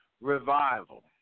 revival